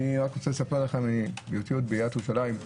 אני רק רוצה לספר לכם מתקופתי בעירית ירושלים,